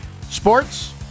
sports